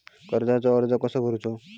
कर्जाक अर्ज कसो करूचो?